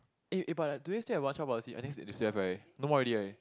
eh but do they still have one child policy I think they still have right no more already right